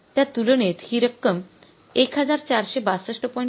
त्या तुलनेत हि रक्कम १४६२